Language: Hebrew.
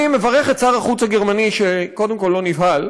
אני מברך את שר החוץ הגרמני שקודם כול לא נבהל.